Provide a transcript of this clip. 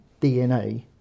DNA